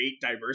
diverse